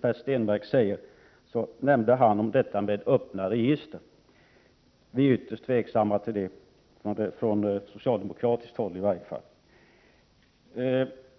Per Stenmarck nämnde också detta med öppna register. Vi är ytterst tveksamma till det från socialdemokratiskt håll.